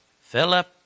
Philip